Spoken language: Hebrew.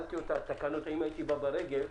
אם הייתי בא ברגל,